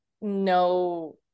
no